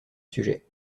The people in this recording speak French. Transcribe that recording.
sujet